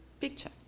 picture